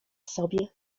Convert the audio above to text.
sobie